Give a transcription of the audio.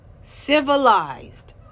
Civilized